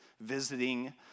visiting